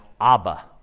Abba